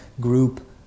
group